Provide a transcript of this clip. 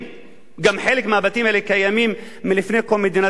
חלק מהבתים האלה גם קיימים מלפני קום מדינת ישראל.